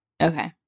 Okay